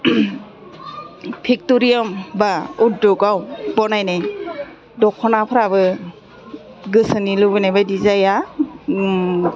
फेक्ट'रियाव बा उधगाव बनायनाय दख'नाफ्राबो गोसोनि लुबैनाय बायदि जाया